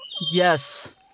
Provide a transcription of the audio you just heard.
Yes